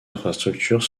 infrastructures